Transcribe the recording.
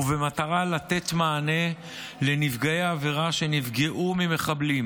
ובמטרה לתת מענה לנפגעי עבירה שנפגעו ממחבלים